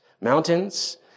mountains